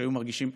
שהיו מרגישים,